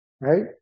Right